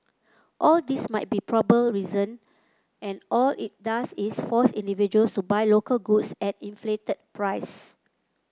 all these might be reason and all it does is force individuals to buy local goods at inflated price